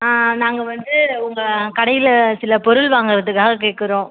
ஆ நாங்கள் வந்து உங்கள் கடையில் சில பொருள் வாங்குறதுக்காக கேட்குறோம்